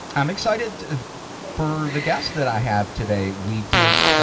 i'm excited for the guest that i have today. we did, ah,